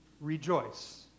Rejoice